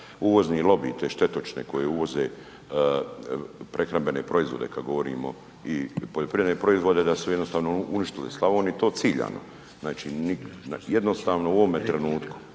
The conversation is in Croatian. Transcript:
uvozni lobiji, te štetočine koje uvoze prehrambene proizvode kada govorimo i poljoprivredne proizvode, da su jednostavno uništili Slavoniju i to ciljano. Znači jednostavno u ovome trenutku